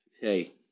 hey